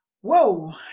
whoa